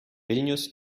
vilnius